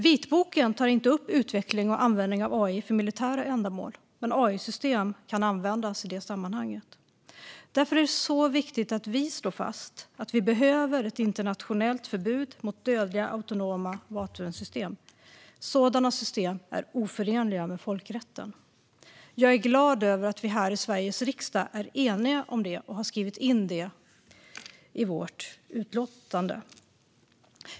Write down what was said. Vitboken tar inte upp utveckling och användning av AI för militära ändamål, men AI-system kan användas i det sammanhanget. Därför är det så viktigt att vi slår fast att vi behöver ett internationellt förbud mot dödliga autonoma vapensystem. Sådana system är oförenliga med folkrätten. Jag är glad över att vi här i Sveriges riksdag är eniga om detta och har skrivit in det i vårt utlåtande.